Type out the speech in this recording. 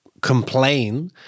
complain